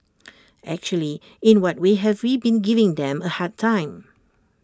actually in what way have we been giving them A hard time